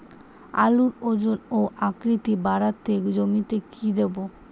আলুর ওজন ও আকৃতি বাড়াতে জমিতে কি দেবো?